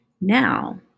Now